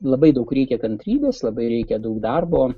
labai daug reikia kantrybės labai reikia daug darbo